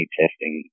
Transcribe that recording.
testing